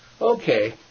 Okay